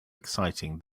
exciting